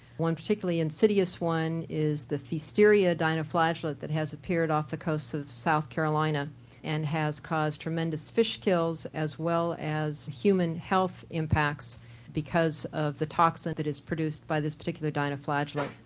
one particularly insidious one is the pfiesteria dinoflagellate that has appeared off the coast of south carolina and has caused tremendous fish kills as well as human health impacts because of the toxin that is produced by this particular dinoflagellate.